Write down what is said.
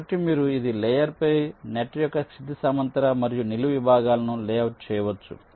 కాబట్టి మీరు ఇదే లేయర్ పై నెట్ యొక్క క్షితిజ సమాంతర మరియు నిలువు విభాగాలను లేఅవుట్ చేయవచ్చు